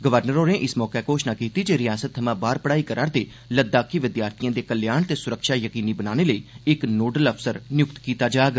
governor होरें इस मौके घोशणा कीती जे रिआसता थमां बाह पढ़ाई करा'रदे लद्दाखी विद्यार्थिएं दे कल्याण ते स्रक्षा यकीनी बनाने लेई इक नोडल अफसर निय्क्त कीता जाग